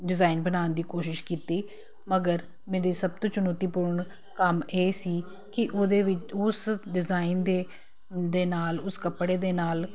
design ਬਣਾਉਣ ਦੀ ਕੋਸ਼ਿਸ਼ ਕੀਤੀ ਮਗਰ ਮੇਰਾ ਸਭ ਤੋਂ ਚੁਣੌਤੀਪੂਰਨ ਕੰਮ ਇਹ ਸੀ ਕਿ ਉਹਦੇ ਵਿੱਚ ਉਸ ਡਿਜ਼ਾਇਨ ਦੇ ਦੇ ਨਾਲ ਉਸ ਕੱਪੜੇ ਦੇ ਨਾਲ